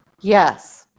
yes